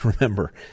Remember